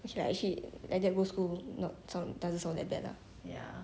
actually I actually like that go school not sound doesn't so that bad lah